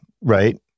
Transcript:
right